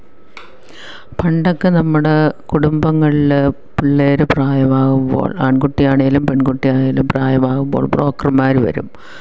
പണ്ടൊക്കെ നമ്മുടെ കുടുംബങ്ങളിൽ പിള്ളേർ പ്രായമാകുമ്പോള് ആണ്കുട്ടി ആണേലും പെണ്കുട്ടി ആയാലും പ്രായമാകുമ്പോള് ബ്രോക്കര്മാർ വരും